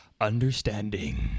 understanding